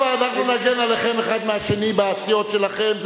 טוב, אנחנו נגן עליכם האחד מהשני בסיעות שלכם.